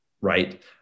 Right